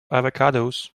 avocados